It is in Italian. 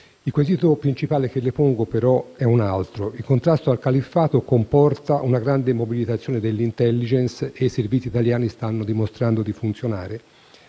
Il quesito principale che le pongo è, però, un altro. Il contrasto al califfato comporta una grande mobilitazione dell'*intelligence* - e i Servizi italiani stanno dimostrando di funzionare